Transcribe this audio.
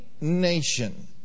nation